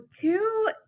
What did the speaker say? two